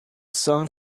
song